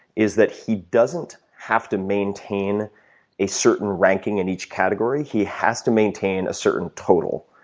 is that he doesn't have to maintain a certain ranking in each category. he has to maintain a certain total.